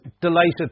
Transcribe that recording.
delighted